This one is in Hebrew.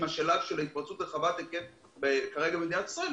השלב של התפרצות רחבת היקף כרגע במדינת ישראל.